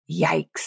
Yikes